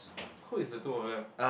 who is the two of them